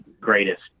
greatest